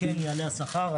יעלה השכר.